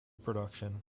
production